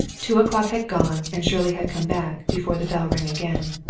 two o'clock had gone, and shirley had come back, before the bell rang again.